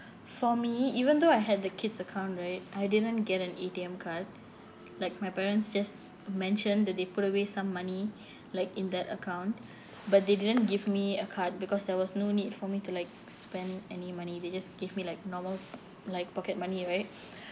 for me even though I had the kid's account right I didn't get an A_T_M card like my parents just mention that they put away some money like in that account but they didn't give me a card because there was no need for me to like spend any money they just give me like normal like pocket money right